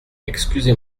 excusez